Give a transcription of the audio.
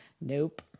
nope